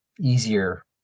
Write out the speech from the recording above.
easier